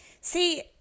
See